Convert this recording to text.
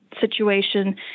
situation